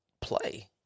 play